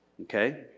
Okay